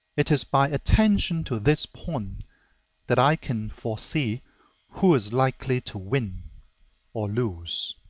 it is by attention to this point that i can foresee who is likely to win or lose.